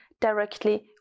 directly